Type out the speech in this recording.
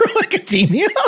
Academia